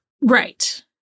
Right